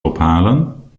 ophalen